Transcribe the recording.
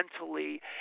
mentally